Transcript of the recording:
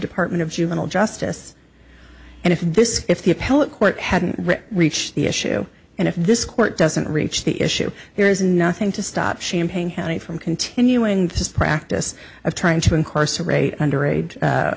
department of juvenile justice and if this if the appellate court hadn't reached the issue and if this court doesn't reach the issue here is nothing to stop champagne hanny from continuing this practice of trying to incarcerate under age